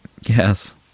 Yes